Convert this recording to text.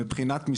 מבחינתנו,